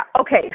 Okay